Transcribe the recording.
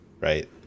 right